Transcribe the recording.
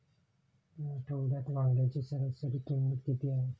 या आठवड्यात वांग्याची सरासरी किंमत किती आहे?